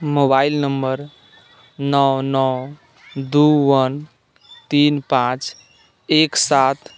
mobile number नओ नओ दू वन तीन पाँच एक सात